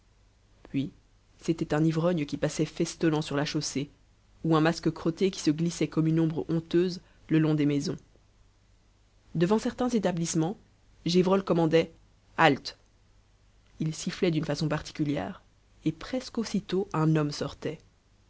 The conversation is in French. puis c'était un ivrogne qui passait festonnant sur la chaussée ou un masque crotté qui se glissait comme une ombre honteuse le long des maisons devant certains établissements gévrol commandait halte il sifflait d'une façon particulière et presque aussitôt un homme sortait